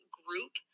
group